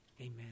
amen